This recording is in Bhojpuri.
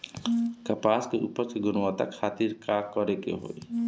कपास के उपज की गुणवत्ता खातिर का करेके होई?